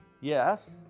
yes